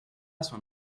son